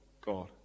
God